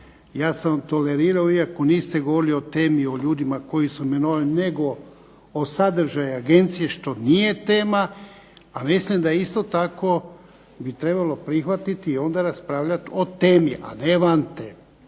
Ja sam tolerirao iako niste govorili o temi o ljudima koji su imenovani, nego o sadržaju agencije što nije tema. A mislim da isto tako bi trebalo prihvatiti i onda raspravljati o temi, a ne van